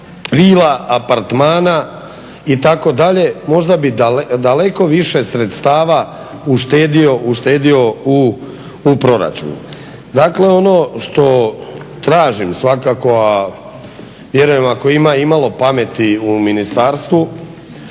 vila, apartmana itd., možda bih daleko više sredstava uštedio u proračunu. Dakle, ono što tražim svakako, a vjerujem ako ima imalo pameti u ministarstvu